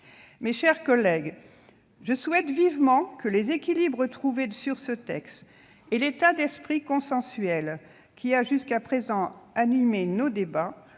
Mes chers collègues, je souhaite vivement que les équilibres trouvés sur ce texte et l'état d'esprit consensuel qui a jusqu'à présent animé nos débats